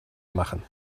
machen